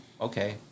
okay